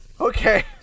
Okay